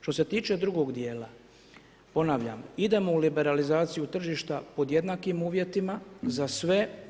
Što se tiče drugog dijela, ponavljam, idemo u liberalizaciju tržišta pod jednakim uvjetima za sve.